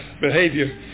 behavior